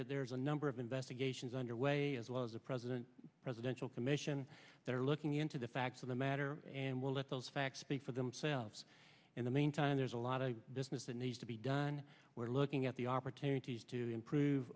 that there's a number of investigations underway as well as a president presidential commission that are looking into the facts of the matter and we'll let those facts speak for themselves in the meantime there's a lot of business that needs to be done we're looking at the opportunities to improve